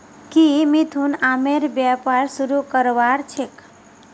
की मिथुन आमेर व्यापार शुरू करवार छेक